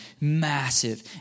Massive